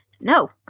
No